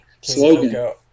Slogan